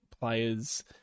players